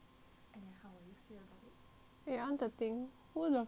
wait ah I want to think who the fuck would